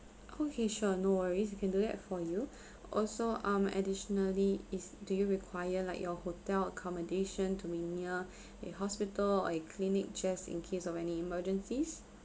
okay sure no worries we can do that for you also um additionally is do you require like your hotel accommodation to be near a hospital or a clinic just in case of any emergencies